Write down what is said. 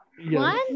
One